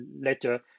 later